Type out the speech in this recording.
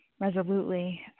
resolutely